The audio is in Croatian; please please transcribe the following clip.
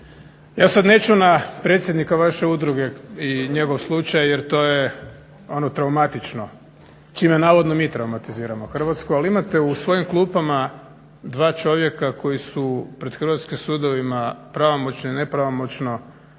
Ja sad neću na predsjednika vaše udruge i njegov slučaj jer to je ono traumatično, čime navodno mi traumatiziramo Hrvatsku. Ali imate u svojim klupama dva čovjeka koji su pred hrvatskim sudovima pravomoćno i nepravomoćno